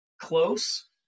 close